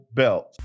belt